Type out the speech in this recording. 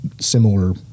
similar –